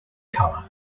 colour